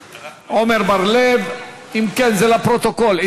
אם כן, זה לפרוטוקול.